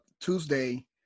tuesday